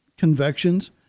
convections